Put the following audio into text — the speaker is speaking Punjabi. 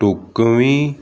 ਢੁਕਵੀਂ